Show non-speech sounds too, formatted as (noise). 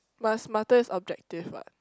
must (noise) is objective what